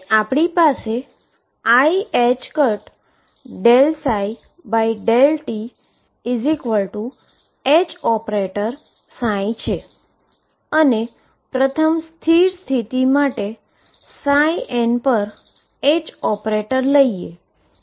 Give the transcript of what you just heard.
હવે આપણી પાસે iℏ∂ψ∂tH છે અને પ્રથમ સ્ટેશનરી સ્ટેટ માટે n પર H ઓપરેટર લઈએ